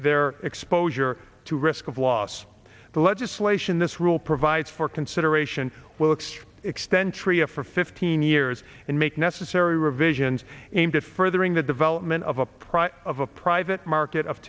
their exposure to risk of loss the legislation this rule provides for consideration will extra extend tria for fifteen years and make necessary revisions aimed at furthering the development of a price of a private market of